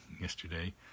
yesterday